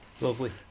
lovely